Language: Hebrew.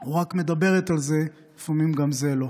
או רק מדברת על זה, לפעמים גם זה לא.